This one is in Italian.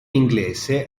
inglese